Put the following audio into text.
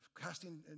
casting